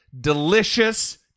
delicious